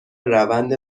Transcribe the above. روند